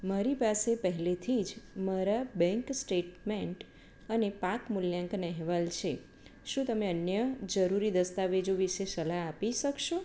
મારી પાસે પહેલેથી જ મારા બૅન્ક સ્ટેટમેન્ટ અને પાક મૂલ્યાંકન અહેવાલ છે શું તમે અન્ય જરુરી દસ્તાવેજો વિશે સલાહ આપી શકશો